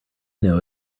know